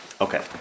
Okay